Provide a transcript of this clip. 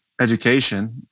education